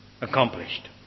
accomplished